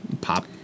pop